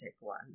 one